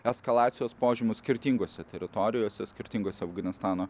eskalacijos požymių skirtingose teritorijose skirtingose afganistano